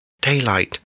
Daylight